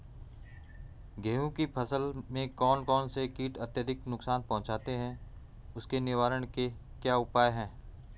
गेहूँ की फसल में कौन कौन से कीट अत्यधिक नुकसान पहुंचाते हैं उसके निवारण के क्या उपाय हैं?